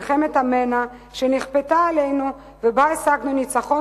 מלחמת המנע שנכפתה עלינו ובה השגנו ניצחון